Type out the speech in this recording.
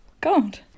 god